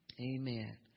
Amen